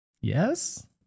Yes